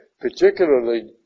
particularly